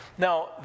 Now